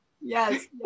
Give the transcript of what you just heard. yes